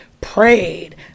Prayed